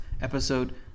episode